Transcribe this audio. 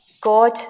God